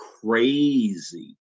crazy